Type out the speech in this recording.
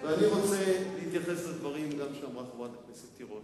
אני רוצה להתייחס לדברים שאמרה חברת הכנסת תירוש.